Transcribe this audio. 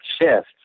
shift